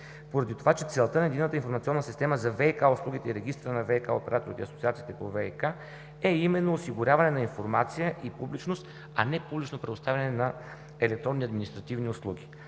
поради това, че целта на Единната информационна система за ВиК и Регистъра на ВиК операторите и асоциациите по ВиК е именно осигуряване на информация и публичност, а не публично предоставяне на електронни административни услуги.